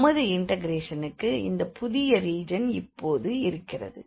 நமது இண்டெக்ரேஷனுக்கு இந்த புதிய ரீஜன் இப்போது இருக்கிறது